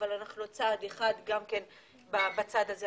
אבל אנחנו צעד אחד בצד הזה,